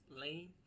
Lane